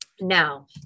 Now